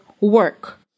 work